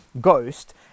ghost